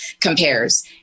compares